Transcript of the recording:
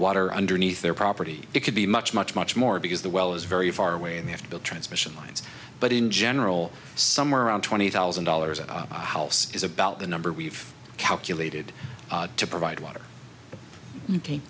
water underneath their property it could be much much much more because the well is very far away and they have to build transmission lines but in general somewhere around twenty thousand dollars a house is about the number we've calculated to provide water